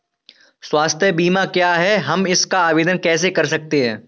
स्वास्थ्य बीमा क्या है हम इसका आवेदन कैसे कर सकते हैं?